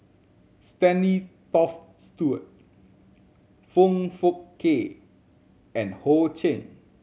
Stanley Toft Stewart Foong Fook Kay and Ho Ching